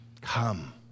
come